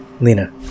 Lena